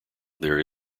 there